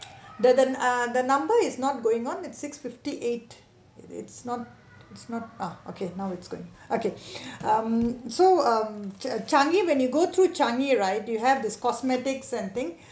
the the ah the number is not going on is six fifty eight it's not it's not ah okay now it's going okay um so um Changi when you go through Changi right you have this cosmetics and thing